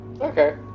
Okay